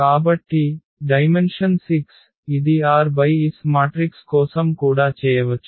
కాబట్టి డైమెన్షన్ 6 ఇది r × s matrix కోసం కూడా చేయవచ్చు